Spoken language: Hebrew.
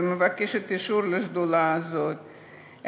ומבקשת אישור לשדולה הזאת,